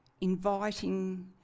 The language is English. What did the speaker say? inviting